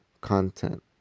content